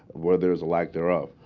where there is a lack thereof.